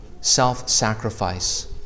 self-sacrifice